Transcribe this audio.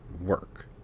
work